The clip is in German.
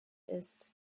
ist